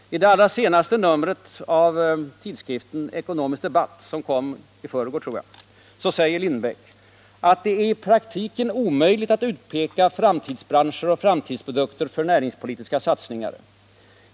I det senaste numret av tidskriften Ekonomisk Debatt —-som kom i förrgår, tror jag — säger Assar Lindbeck att det är ”i praktiken omöjligt att utpeka framtidsbranscher och framtidsprodukter för näringspolitiska satsningar.